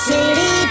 City